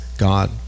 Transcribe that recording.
God